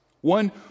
One